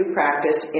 practice